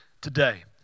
today